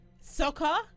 Soccer